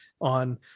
on